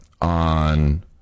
on